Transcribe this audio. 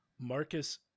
marcus